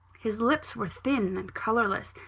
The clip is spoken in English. his lips were thin and colourless,